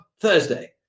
Thursday